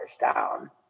down